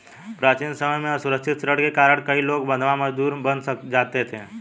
प्राचीन समय में असुरक्षित ऋण के कारण कई लोग बंधवा मजदूर तक बन जाते थे